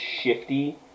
shifty